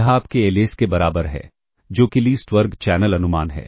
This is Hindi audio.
यह आपके LS के बराबर है जो कि लीस्ट वर्ग चैनल अनुमान है